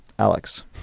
Alex